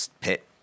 pit